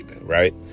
right